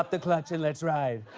ah clutch and let's ride